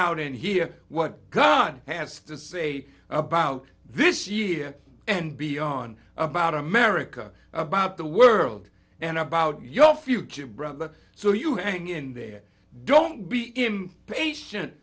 out and hear what god has to say about this year and beyond about america about the world and about your future brother so you hang in there don't be impatient